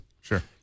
Sure